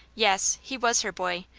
yes, he was her boy,